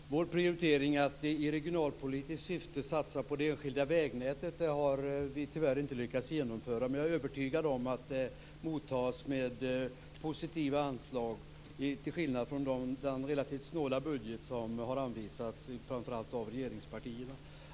Fru talman! Vår prioritering att i regionalpolitiskt syfte satsa på det enskilda vägnätet har vi tyvärr inte lyckats genomföra, men jag är övertygad om att det mottas med positiva anslag till skillnad från den relativt snåla budget som har anvisats av framför allt regeringspartierna.